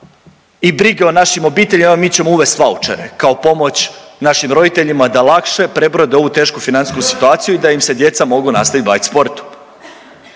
i brige o našim obiteljima mi ćemo uvesti vaučere kao pomoć našim roditeljima da lakše prebrode ovu tešku financijsku situaciju i da im se djeca mogu nastaviti bavit sportom.